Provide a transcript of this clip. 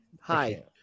hi